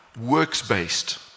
works-based